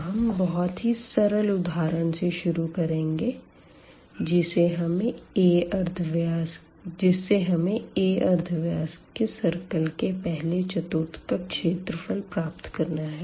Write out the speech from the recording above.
अब हम एक बहुत ही सरल उदाहरण से शुरू करेंगे जिससे हमें a अर्धव्यास के सर्किल के पहले क्वाड्रंट का क्षेत्रफल प्राप्त करना है